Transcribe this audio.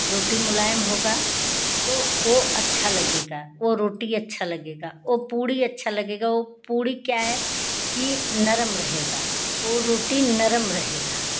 रोटी मुलायम होगा तो वो अच्छा लगेगा वो रोटी पूरी क्या है कि नर्म रहेगा वो रोटी नर्म रहेगा